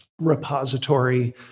repository